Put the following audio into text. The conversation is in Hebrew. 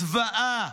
זוועה,